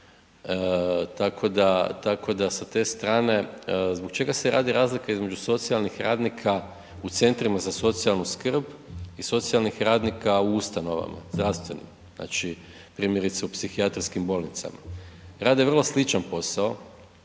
tako da sa te strane, zbog čega se radi razlika između socijalnih radnika u centrima za socijalnu skrb i socijalnih radnika u ustanovama zdravstvenim, znači primjerice u psihijatrijskim bolnicama, rade vrlo sličan posao,